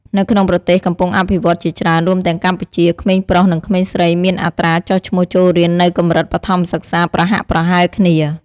នៅក្នុងប្រទេសកំពុងអភិវឌ្ឍន៍ជាច្រើន រួមទាំងកម្ពុជា ក្មេងប្រុស និងក្មេងស្រីមានអត្រាចុះឈ្មោះចូលរៀននៅកម្រិតបឋមសិក្សាប្រហាក់ប្រហែលគ្នា។